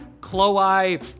Chloe